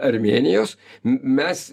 armėnijos m mes